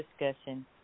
discussion